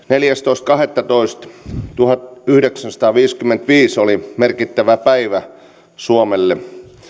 neljästoista kahdettatoista tuhatyhdeksänsataaviisikymmentäviisi oli merkittävä päivä suomelle